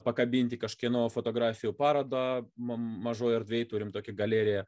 pakabinti kažkieno fotografijų parodą mažoj erdvėj turim tokią galeriją